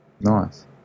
Nice